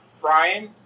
Brian